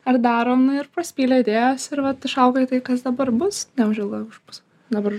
ar darom ir pasipylė idėjos ir vat išaugo į tai kas dabar bus neužilgo bus dabar